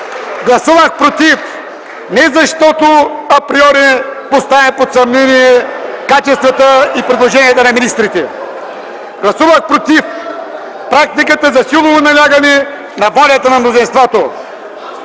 Гласувах против не защото априори поставям под съмнение качествата и предложенията на министрите. Гласувах против практиката за силово налагане на волята на мнозинството.